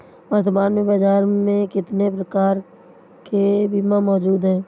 वर्तमान में बाज़ार में कितने प्रकार के बीमा मौजूद हैं?